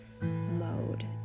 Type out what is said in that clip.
mode